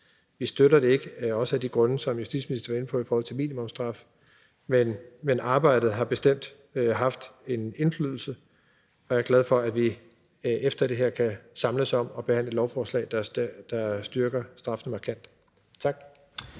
Vi støtter det ikke, også af de grunde, som justitsministeren var inde på i forhold til minimumsstraffe, men arbejdet har bestemt haft en indflydelse, og jeg er glad for, at vi efter det her kan samles om at behandle et lovforslag, der styrker straffene markant. Tak.